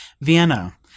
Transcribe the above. Vienna